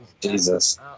Jesus